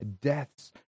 deaths